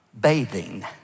bathing